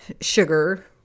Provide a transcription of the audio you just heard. sugar